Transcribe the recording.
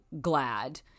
glad